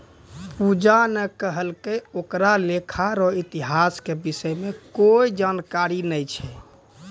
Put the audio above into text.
पूजा ने कहलकै ओकरा लेखा रो इतिहास के विषय म कोई जानकारी नय छै